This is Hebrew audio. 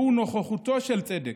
שהוא נוכחותו של צדק,